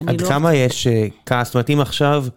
עד כמה יש כעס מתאים עכשיו?